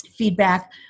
feedback